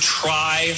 try